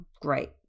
great